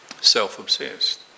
self-obsessed